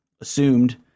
assumed